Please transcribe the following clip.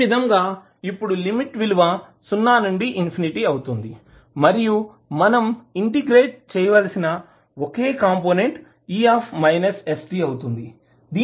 ఈ విధంగా ఇప్పుడు లిమిట్ విలువ 0 నుండి ఇన్ఫినిటీ అవుతుంది మరియు మనం ఇంటిగ్రేట్ చేయాల్సిన ఒకే కంపోనెంట్ e stఅవుతుంది